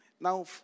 now